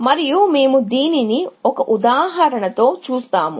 మేము దీనిని ఒక ఉదాహరణతో చూస్తాము